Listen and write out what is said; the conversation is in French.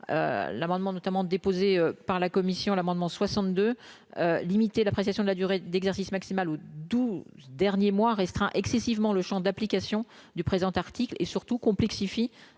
l'amendement notamment déposé par la commission, l'amendement 62. Limiter l'appréciation de la durée d'exercice maximale 12 derniers mois restreint excessivement le Champ d'application du présent article et surtout complexifie